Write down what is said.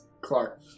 Clark